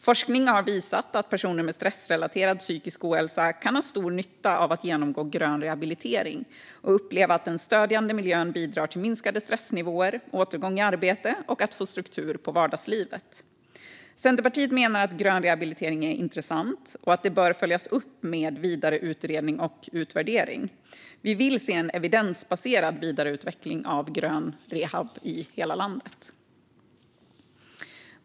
Forskning visar att personer med stressrelaterad psykisk ohälsa kan ha stor nytta av att genomgå grön rehabilitering och upplever att den stödjande miljön bidrar till minskade stressnivåer, återgång i arbete och struktur i vardagslivet. Centerpartiet menar att grön rehabilitering är intressant och bör följas upp med vidare utredning och utvärdering. Vi vill se en evidensbaserad vidareutveckling av grön rehabilitering i hela landet.